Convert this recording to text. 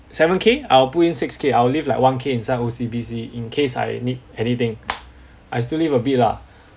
seven K I will put in six K I will leave like one K inside O_C_B_C in case I need anything I still leave a bit lah